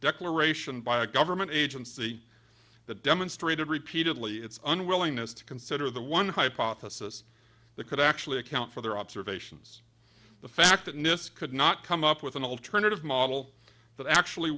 declaration by a government agency that demonstrated repeatedly its unwillingness to consider the one hypothesis that could actually account for their observations the fact that nist could not come up with an alternative model that actually